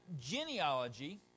genealogy